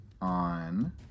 on